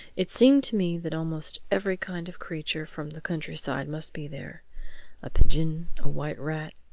it seemed to me that almost every kind of creature from the countryside must be there a pigeon, a white rat,